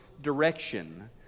direction